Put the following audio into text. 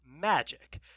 magic